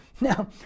Now